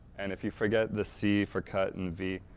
and if you forget the c for cut, and v,